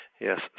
Yes